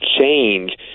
change